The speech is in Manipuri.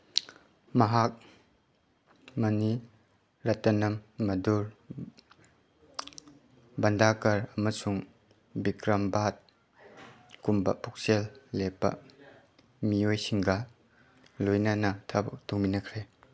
ꯃꯍꯥꯛ ꯃꯅꯤ ꯔꯥꯇꯅꯝ ꯃꯙꯨꯔ ꯚꯟꯗꯥꯔꯀꯔ ꯑꯃꯁꯨꯡ ꯚꯤꯀ꯭ꯔꯝ ꯚꯥꯠ ꯒꯨꯝꯕ ꯄꯨꯛꯆꯦꯜ ꯂꯦꯞꯄ ꯃꯤꯑꯣꯏꯁꯤꯡꯒ ꯂꯣꯏꯅꯅ ꯊꯕꯛ ꯇꯧꯃꯤꯟꯅꯈ꯭ꯔꯦ